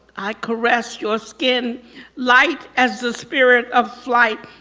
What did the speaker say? i caress your skin light as the spirit of flight.